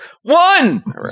One